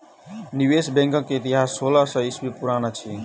निवेश बैंकक इतिहास सोलह सौ ईस्वी पुरान अछि